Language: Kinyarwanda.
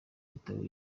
gitabo